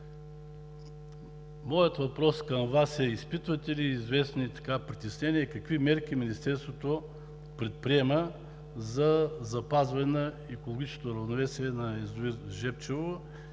Моят въпрос към Вас е: изпитвате ли известни притеснения и какви мерки Министерството предприема за запазване на екологичното равновесие на язовир „Жребчево“